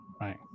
Right